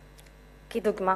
לדוגמה.